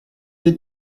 that